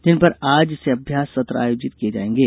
जिनपर आज से अभ्यास सत्र आयोजित किंये जायेंगे